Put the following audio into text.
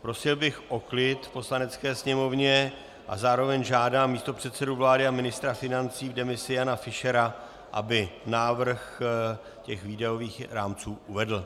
Prosil bych o klid v Poslanecké sněmovně a zároveň žádám místopředsedu vlády a ministra financí v demisi Jana Fischera, aby návrh výdajových rámců uvedl.